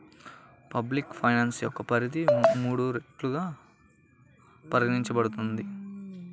public finance యొక్క పరిధి మూడు రెట్లుగా పరిగణించబడుతుంది